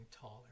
taller